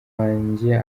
wanjye